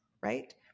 right